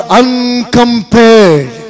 uncompared